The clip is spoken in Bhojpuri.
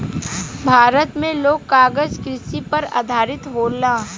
भारत मे लोग कागज कृषि पर आधारित होला